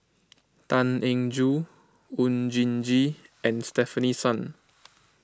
Tan Eng Joo Oon Jin Gee and Stefanie Sun